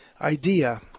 idea